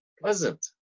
pleasant